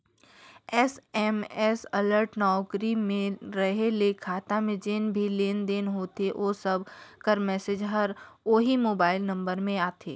SMS alert नउकरी में रहें ले खाता में जेन भी लेन देन होथे ओ सब कर मैसेज हर ओही मोबाइल नंबर में आथे